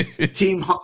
Team